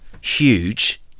huge